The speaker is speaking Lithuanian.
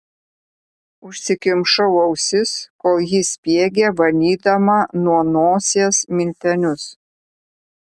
užsikimšau ausis kol ji spiegė valydama nuo nosies miltelius